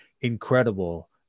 incredible